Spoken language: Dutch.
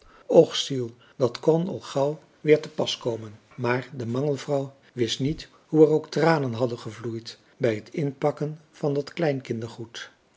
och ziel dat kon al gauw weer te pas komen maar de mangelvrouw wist niet hoe er ook tranen hadden gevloeid bij het inpakken van dat kleinkindergoed